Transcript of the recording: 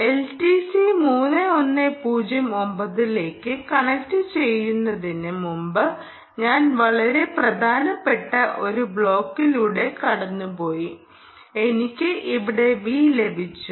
LTC 3109 ലേക്ക് കണക്റ്റുചെയ്യുന്നതിന് മുമ്പ് ഞാൻ വളരെ പ്രധാനപ്പെട്ട ഒരു ബ്ലോക്കിലൂടെ കടന്നുപോയി എനിക്ക് ഇവിടെ V ലഭിച്ചു